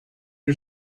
you